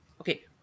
Okay